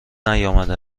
نیامده